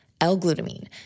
L-glutamine